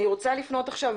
אני רוצה לפנות עכשיו